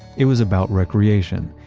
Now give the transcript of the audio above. it was about recreation,